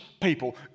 people